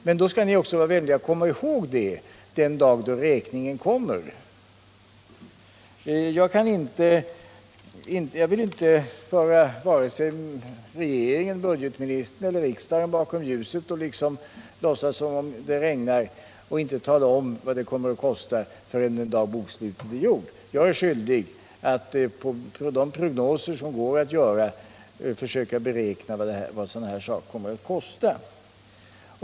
Men då skall ni också vara vänliga att komma ihåg det den dag då räkningen kommer. Jag vill inte föra vare sig regeringen, budgetministern eller riksdagen bakom ljuset och låtsas som om det regnar och inte tala om vad det kommer att kosta förrän bokslutet är gjort. Jag är skyldig att på de prognoser som går att göra försöka beräkna vad sådant här kommer att kosta.